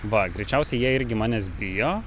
va greičiausiai jie irgi manęs bijo